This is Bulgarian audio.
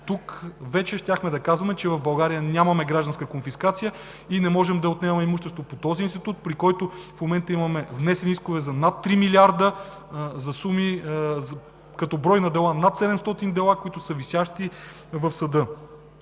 тук вече щяхме да казваме, че в България нямаме гражданска конфискация и не можем да отнемаме имущество по този институт, по който в момента имаме внесени искове за над 3 милиарда за суми, като брой дела – над 700, които са висящи в съда.